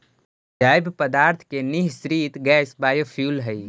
जैव पदार्थ के निःसृत गैस बायोफ्यूल हई